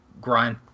grind